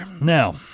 Now